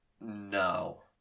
no